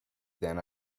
then